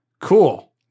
cool